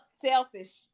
selfish